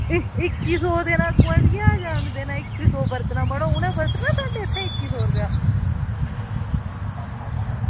इक्की सौ देना गोआंढ़ियें दा जन्मदिन ऐ इक्की सौ देना मड़े उनें बरतना साढ़े इक्की सौ रपेआ